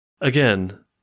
Again